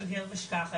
שגר ושכח,